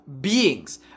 beings